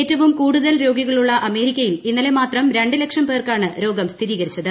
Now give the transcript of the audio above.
ഏറ്റവും കൂടുതൽ രോഗികളുള്ള അമേരിക്കയിൽ ഇന്നലെ മാത്രം രണ്ട് ലക്ഷം പേർക്കാണ് രോഗം സ്ഥിരീകരിച്ചത്